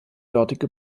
dortige